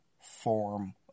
form